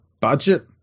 budget